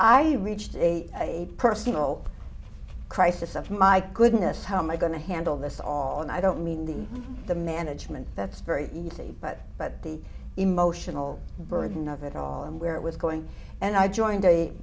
i reached a personal crisis of my goodness how am i going to handle this all and i don't mean the the management that's very easy but but the emotional burden of it all and where it was going and i joined a